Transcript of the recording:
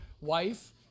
wife